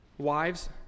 Wives